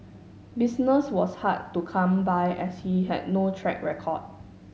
business was hard to come by as he had no track record